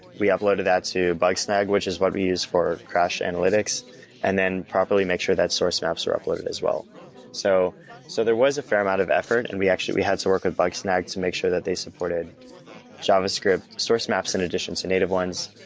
we uploaded that to bug snag, which is what we use for crash analytics and then properly make sure that source maps are uploaded as well so so there was a fair amount of effort and we actually we had to work with bug snag to make sure that they supported javascript source maps in addition to native ones,